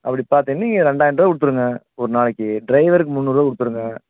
அப்படி பார்த்தா நீங்கள் ரெண்டாயரரூவா கொடுத்துருங்க ஒரு நாளைக்கு டிரைவருக்கு முன்னூறுரூவா கொடுத்துருங்க